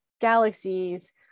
galaxies